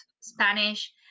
spanish